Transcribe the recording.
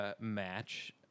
match